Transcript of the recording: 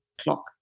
clock